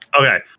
Okay